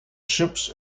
ships